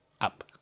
up